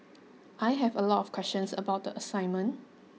I had a lot of questions about the assignment